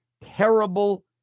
terrible